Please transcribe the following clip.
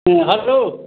हाँ हल्लो